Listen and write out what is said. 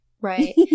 Right